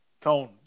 Tone